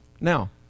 now